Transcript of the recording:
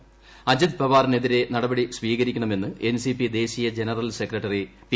് അജിത് പവാറിനെതിരെ നടപടിസ്വീകരിക്കണമെന്ന് എൻ ്രസി പ്പി ദേശീയ ജനറൽ സെക്രട്ടറി ടി